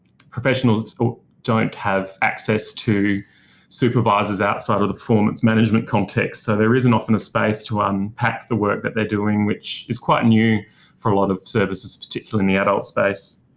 professionals don't have access to supervisors outside of the performance management context, so there isn't often a space to unpack the work that they're doing, which is quite new for a lot of services, particularly in the adult space.